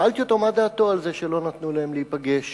ושאלתי אותו מה דעתו על זה שלא נתנו להם להיפגש